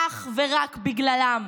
אך ורק בגללם,